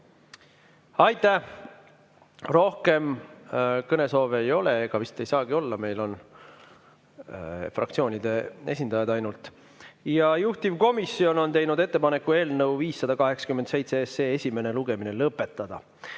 Aitäh! Rohkem kõnesoove ei ole, ega vist ei saagi olla, meil on fraktsioonide esindajad ainult. Juhtivkomisjon on teinud ettepaneku eelnõu 587 esimene lugemine lõpetada.